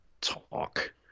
talk